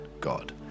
God